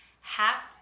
half